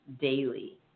daily